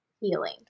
healing